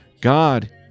God